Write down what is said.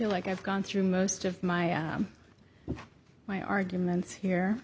like i've gone through most of my my arguments here